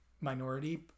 minority